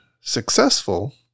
successful